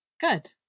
Good